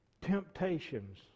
temptations